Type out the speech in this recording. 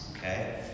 okay